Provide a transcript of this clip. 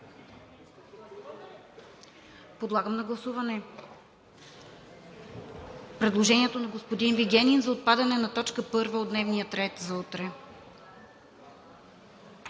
Подлагам на гласуване предложението на господин Вигенин за отпадане на т. 1 от дневния ред за утре.